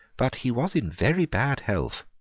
but he was in very bad health.